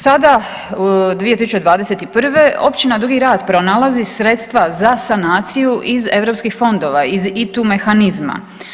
Sada, 2021. općina Dugi Rat pronalazi sredstva za sanaciju iz EU fondova iz ITU mehanizma.